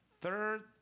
Third